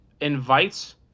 invites